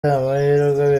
amahirwe